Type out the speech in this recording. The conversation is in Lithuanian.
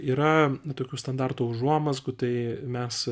yra tokių standarto užuomazgų tai mes